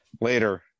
later